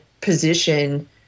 position